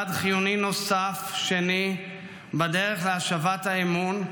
צעד חיוני נוסף שני בדרך להשבת האמון,